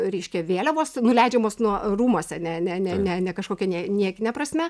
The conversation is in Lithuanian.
reiškia vėliavos nuleidžiamos nuo rūmuose ne ne ne ne ne kažkokia niekine prasme